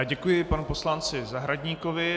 Děkuji panu poslanci Zahradníkovi.